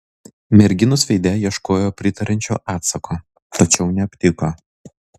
merginos veide ieškojo pritariančio atsako tačiau neaptiko